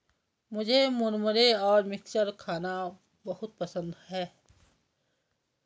मुझे मुरमुरे और मिक्सचर खाना बहुत पसंद है